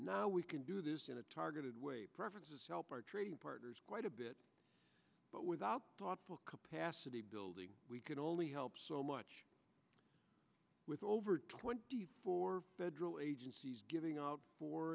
now we can do this in a targeted way preferences help our trading partners quite a bit but without thoughtful capacity building we can only help so much with over twenty four federal agencies giving our fo